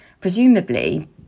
presumably